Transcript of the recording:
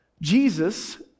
Jesus